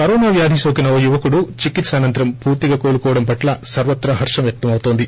corona వ్యాధి సోకిన ఓ యువకుడు చికిత్స అనంతరం పూర్తిగా కోలుకోవడం పట్ల సర్వత్రా హర్వం వ్యక్తం అవుతోంది